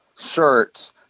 shirts